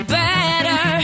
better